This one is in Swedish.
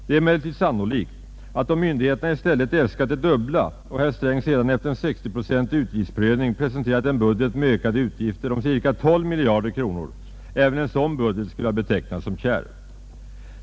Det är emellertid sannolikt att om myndigheterna i stället äskat det dubbla och herr Sträng sedan efter en 60-procentig utgiftsnedpressning presenterat en budget med ökade utgifter på cirka 12 miljarder kronor, skulle även en sådan budget ha betecknats som kärv.